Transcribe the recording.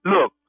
Look